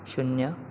शून्य